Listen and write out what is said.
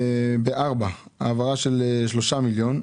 3 מיליון.